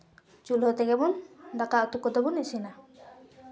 ᱪᱩᱞᱦᱟᱹ ᱛᱮᱜᱮ ᱵᱚᱱ ᱫᱟᱠᱟ ᱩᱛᱩ ᱠᱚᱫᱚᱵᱚᱱ ᱤᱥᱤᱱᱟ